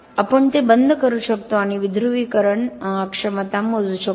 आपण ते बंद करू शकतो आणि विध्रुवीकरण आणि विध्रुवीकरण क्षमता मोजू शकतो